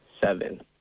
seven